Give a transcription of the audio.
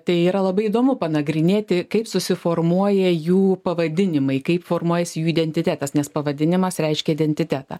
tai yra labai įdomu panagrinėti kaip susiformuoja jų pavadinimai kaip formuojasi jų identitetas nes pavadinimas reiškia identitetą